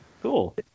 Cool